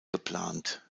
geplant